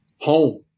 Home